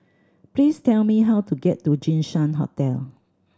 please tell me how to get to Jinshan Hotel